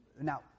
Now